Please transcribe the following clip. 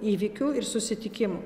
įvykių ir susitikimų